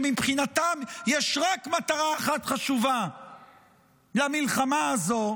שמבחינתם יש רק מטרה אחת חשובה למלחמה הזו,